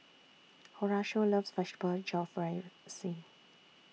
Horatio loves Vegetable Jalfrezi